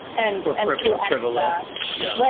and more frivolous. yeah,